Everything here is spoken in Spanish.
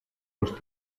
los